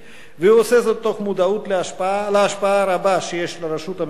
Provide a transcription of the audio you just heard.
והוא עושה זאת תוך מודעות להשפעה הרבה שיש לרשות המקומית